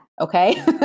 okay